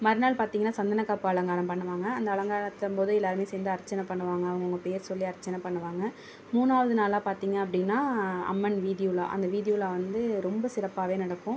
மறுநாள் பார்த்திங்கன்னா சந்தனகாப்பு அலங்காரம் பண்ணுவாங்க அந்த அலங்காரத்தம் போது எல்லோருமே சேர்ந்து அர்ச்சனை பண்ணுவாங்க அவங்கவுங்க பேர் சொல்லி அர்ச்சனை பண்ணுவாங்க மூணாவது நாளாக பார்த்திங்க அப்படின்னா அம்மன் வீதியுலா அந்த வீதியுலா வந்து ரொம்ப சிறப்பாகவே நடக்கும்